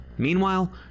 Meanwhile